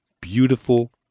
beautiful